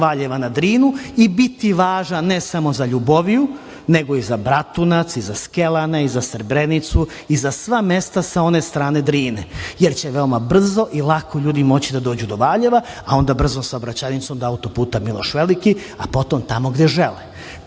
Valjeva na Drinu i biti važan ne samo za Ljuboviju nego i za Bratunac i za Skelane i za Srebrenicu i za sva mesta sa one strane Drine, jer će veoma brzo i lako ljudi moći da dođu do Valjeva, a onda brzom saobraćajnicom do autoputa Miloš Veliki, a potom tamo gde